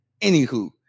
Anywho